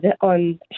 on